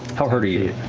how hurt are you?